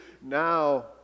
Now